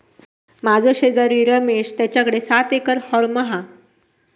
माझो शेजारी रमेश तेच्याकडे सात एकर हॉर्म हा